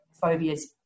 phobias